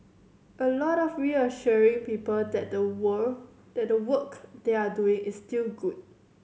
a lot of reassuring people that the wear that the work they're doing is still good